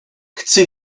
chci